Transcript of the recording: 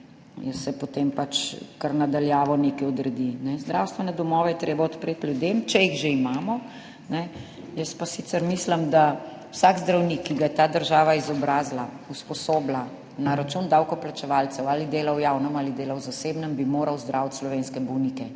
in se potem kar na daljavo nekaj odredi. Zdravstvene domove je treba odpreti ljudem, če jih že imamo. Jaz pa sicer mislim, da vsak zdravnik, ki ga je ta država izobrazila, usposobila na račun davkoplačevalcev, ali dela v javnem ali dela v zasebnem, bi moral zdraviti slovenske bolnike,